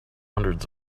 hundreds